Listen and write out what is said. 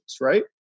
right